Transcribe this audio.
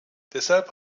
deshalb